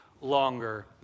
longer